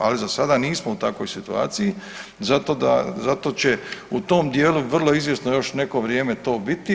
Ali za sada nismo u takvoj situaciji, zato će u tom dijelu vrlo izvjesno još neko vrijeme to biti.